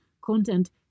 content